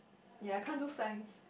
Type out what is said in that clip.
ya I can't do Science